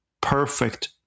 perfect